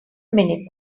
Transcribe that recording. minute